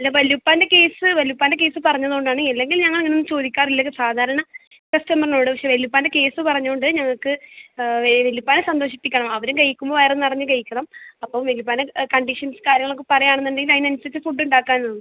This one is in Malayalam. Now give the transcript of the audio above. അല്ല വല്യുപ്പാൻ്റെ കേസ് വല്യുപ്പാൻ്റെ കേസ് പറഞ്ഞതുകൊണ്ടാണ് അല്ലെങ്കിൽ ഞങ്ങൾ ഇങ്ങനെ ചോദിക്കാറില്ല സാധാരണ കസ്റ്റമറിനോട് പക്ഷേ വല്യുപ്പാൻ്റെ കേസ് പറഞ്ഞതുകൊണ്ട് ഞങ്ങൾക്ക് വല്യുപ്പാനെ സന്തോഷിപ്പിക്കണം അവരും കഴിക്കുമ്പോൾ വയർ നിറഞ്ഞ് കഴിക്കണം അപ്പോൾ വല്യുപ്പാന് കണ്ടീഷൻസ് കാര്യങ്ങളൊക്കെ പറയുവാണെന്നുണ്ടെങ്കിൽ അതിനനുസരിച്ച് ഫുഡ് ഉണ്ടാക്കാൻ